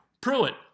Pruitt